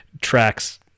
tracks